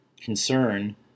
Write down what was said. concern